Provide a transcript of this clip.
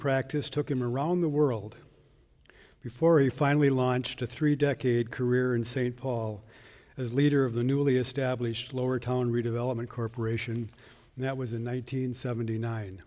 practice took him around the world before he finally launched a three decade career in st paul as leader of the newly established lower tone redevelopment corporation that was in one nine hundred seventy nine